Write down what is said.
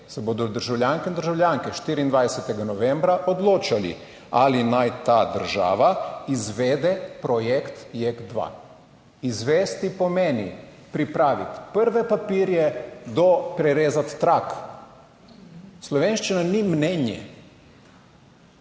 se bodo državljanke in državljanke 24. novembra odločali ali naj ta država izvede projekt Jek 2. Izvesti pomeni pripraviti prve papirje do prerezati trak. Slovenščina ni mnenje,